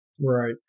Right